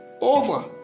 over